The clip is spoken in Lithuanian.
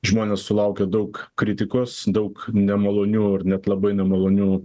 žmonės sulaukia daug kritikos daug nemalonių ar net labai nemalonių